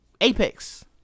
Apex